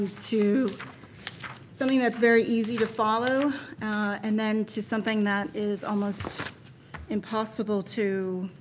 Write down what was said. to something that's very easy to follow and then to something that is almost impossible to